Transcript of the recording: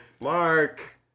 Mark